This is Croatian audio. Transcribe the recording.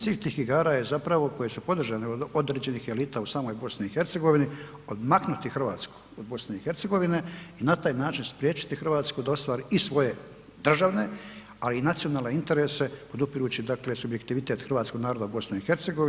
Cilj tih igara je zapravo koje su podržane od određenih elita u samoj BiH odmaknuti Hrvatsku od BiH i na taj način spriječiti Hrvatsku da ostvari i svoje državne ali i nacionalne interese podupirući dakle subjektivitet hrvatskog naroda u BiH.